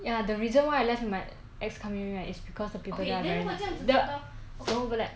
ya the reason why I left my ex company right is because of the people there are very ra~ don't overlap